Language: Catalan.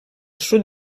sud